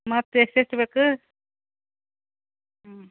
ಮತ್ತೆ ಎಷ್ಟು ಎಷ್ಟು ಬೇಕು ಹ್ಞೂ